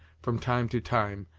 from time to time,